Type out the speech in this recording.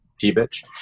T-Bitch